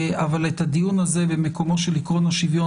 את הדיון הזה על מקומו של עיקרון השוויון